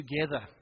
together